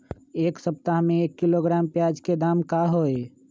एक सप्ताह में एक किलोग्राम प्याज के दाम का होई?